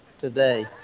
today